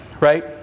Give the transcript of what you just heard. right